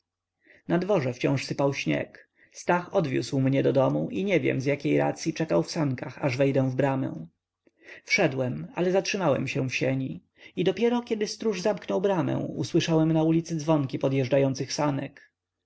na dworze wciąż sypał śnieg stach odwiózł mnie do domu i nie wiem z jakiej racyi czekał w sankach aż wejdę w bramę wszedłem ale zatrzymałem się w sieni i dopiero kiedy stróż zamknął bramę usłyszałem na ulicy dzwonki odjeżdżających sanek